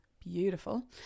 beautiful